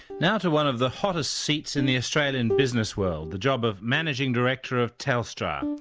now to one of the hottest seats in the australian business world, the job of managing director of telstra.